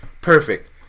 perfect